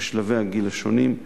בשלבי הגיל השונים,